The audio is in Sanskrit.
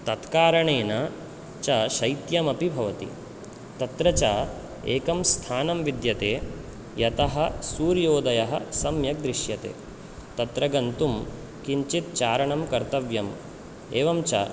तत्कारणेन च शैत्यमपि भवति तत्र च एकं स्थानं विद्यते यतः सूर्योदयः सम्यक् दृश्यते तत्र गन्तुं किञ्चित् चारणं कर्तव्यम् एवं च